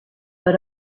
but